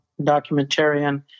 documentarian